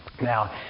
Now